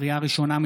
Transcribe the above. לקריאה ראשונה,